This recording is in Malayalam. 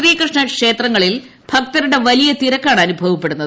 ശ്രീകൃഷ്ണ ക്ഷേത്രങ്ങളിൽ ഭക്തരുടെ വലിയ തിരക്കാണനുഭവപ്പെടുന്നത്